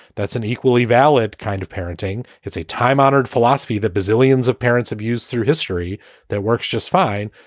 that's an equally valid kind of parenting. it's a time honored philosophy that brazilian's of parents abuse through history that works just fine.